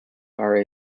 are